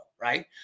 right